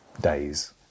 days